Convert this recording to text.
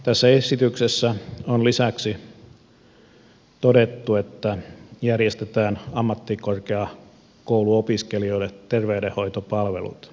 tässä esityksessä on lisäksi todettu että järjestetään ammattikorkeakouluopiskelijoille terveydenhoitopalvelut